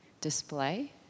display